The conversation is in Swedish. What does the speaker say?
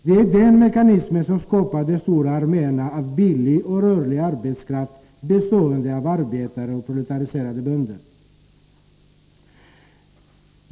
Det är den mekanismen som skapar de stora arméerna av billig och rörlig arbetskraft, bestående av arbetare och proletariserade bönder.